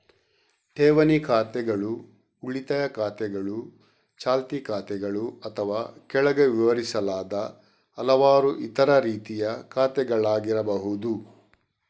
ಠೇವಣಿ ಖಾತೆಗಳು ಉಳಿತಾಯ ಖಾತೆಗಳು, ಚಾಲ್ತಿ ಖಾತೆಗಳು ಅಥವಾ ಕೆಳಗೆ ವಿವರಿಸಲಾದ ಹಲವಾರು ಇತರ ರೀತಿಯ ಖಾತೆಗಳಾಗಿರಬಹುದು